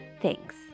Thanks